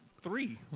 three